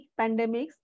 pandemics